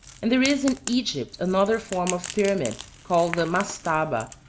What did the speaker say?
and there is in egypt another form of pyramid called the mastaba,